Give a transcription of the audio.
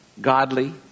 godly